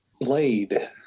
Blade